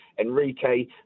Enrique